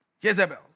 Jezebel